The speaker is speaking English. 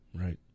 Right